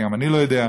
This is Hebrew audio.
גם כי אני לא יודע,